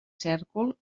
cèrcol